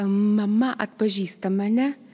mama atpažįsta mane